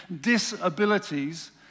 disabilities